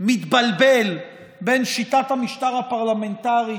מתבלבל בין שיטת המשטר הפרלמנטרית,